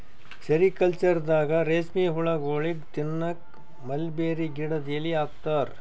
ಸೆರಿಕಲ್ಚರ್ದಾಗ ರೇಶ್ಮಿ ಹುಳಗೋಳಿಗ್ ತಿನ್ನಕ್ಕ್ ಮಲ್ಬೆರಿ ಗಿಡದ್ ಎಲಿ ಹಾಕ್ತಾರ